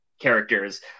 characters